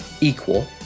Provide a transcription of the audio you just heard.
equal